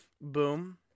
Boom